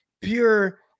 pure